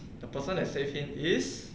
the person that save him is